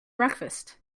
breakfast